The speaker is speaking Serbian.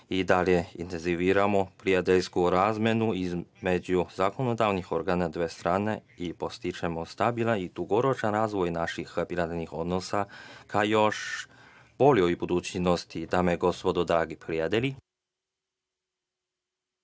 i dalje intenziviramo prijateljsku razmenu između zakonodavnih organa dve strane i podstičemo stabilan i dugoročan razvoj naših bilateralnih odnosa ka još boljoj budućnosti. Dame i gospodo, dragi prijatelji,